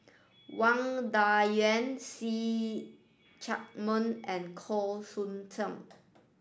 Wang Dayuan See Chak Mun and Khoo Sheng Tiong